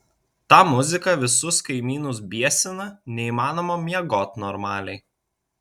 ta muzika visus kaimynus biesina neįmanoma miegot normaliai